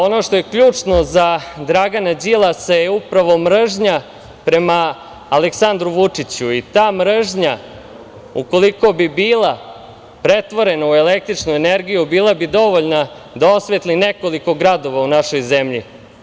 Ono što je ključno za Dragana Đilasa je upravo mržnja prema Aleksandru Vučiću i ta mržnja ukoliko bi bila pretvorena u električnu energiju bila bi dovoljna da osvetli nekoliko gradova u našoj zemlji.